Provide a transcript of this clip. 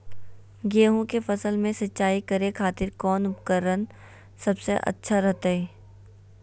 गेहूं के फसल में सिंचाई करे खातिर कौन उपकरण सबसे अच्छा रहतय?